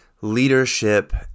leadership